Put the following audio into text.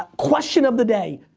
question of the day.